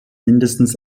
mindestens